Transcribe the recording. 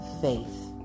faith